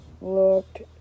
looked